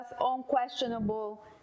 unquestionable